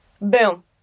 Boom